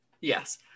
Yes